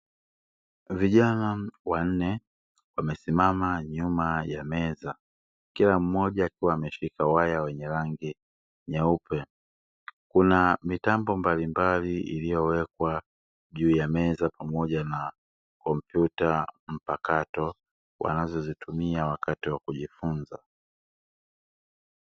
Vijana wanne wamesimama nyuma ya meza, kila mmoja akiwa ameshika waya wenye rangi nyeupe, kuna mitambo mbalimbali iliyowekwa juu ya meza pamoja na komputa mpakato wanazo zitumia wakati wakujifunza.